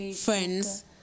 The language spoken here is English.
friends